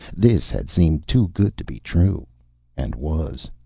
this had seemed too good to be true and was.